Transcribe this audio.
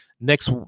next